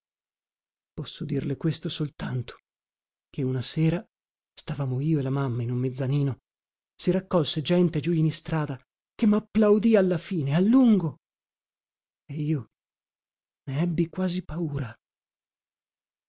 posso dirle questo soltanto che una sera stavamo io e la mamma in un mezzanino si raccolse gente giù in istrada che mapplaudì alla fine a lungo e io ne ebbi quasi paura